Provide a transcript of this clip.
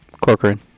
Corcoran